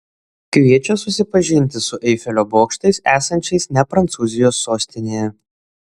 kviečia susipažinti su eifelio bokštais esančiais ne prancūzijos sostinėje